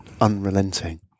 unrelenting